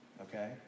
okay